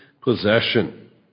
possession